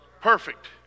perfect